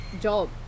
job